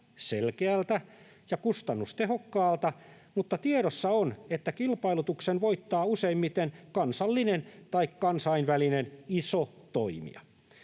selkeältä ja kustannustehokkaalta, mutta tiedossa on, että kilpailutuksen voittaa useimmiten kansallinen tai kansainvälinen iso toimija.